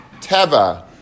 teva